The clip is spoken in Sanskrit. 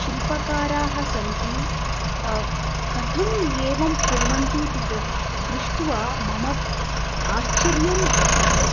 शिल्पकाराः सन्ति कथम् एवं कुर्वन्तीति द्र दृष्ट्वा मम आश्चर्यम् आसीत्